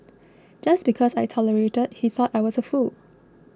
just because I tolerated he thought I was a fool